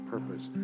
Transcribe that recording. Purpose